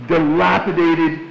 dilapidated